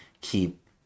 keep